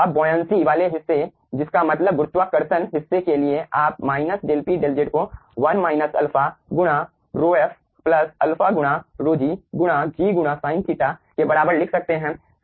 अब बोयनसी वाले हिस्से जिसका मतलब गुरुत्वाकर्षण हिस्से के लिए आप minus del P del Z को 1 माइनस अल्फा गुणा ρf प्लस अल्फा गुणा ρg गुणा g गुणा sin θ के बराबर लिख सकते हैं